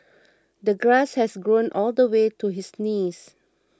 the grass had grown all the way to his knees